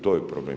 To je problem.